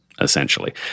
essentially